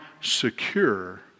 secure